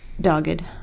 Dogged